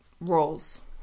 roles